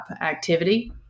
activity